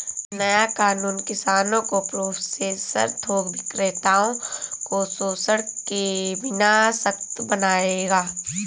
नया कानून किसानों को प्रोसेसर थोक विक्रेताओं को शोषण के बिना सशक्त बनाएगा